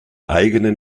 eigenen